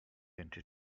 into